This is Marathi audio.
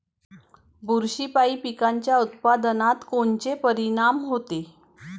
बुरशीपायी पिकाच्या उत्पादनात कोनचे परीनाम होते?